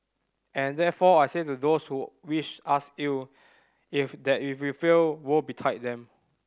and therefore I say to those who wish us ill if that if we fail woe betide them